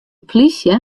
plysje